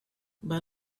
but